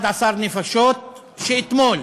11 נפשות שאתמול,